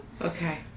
Okay